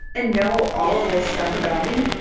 and know all of the stuff about me,